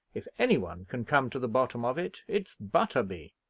if any one can come to the bottom of it, it's butterby.